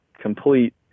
complete